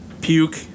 puke